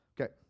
Okay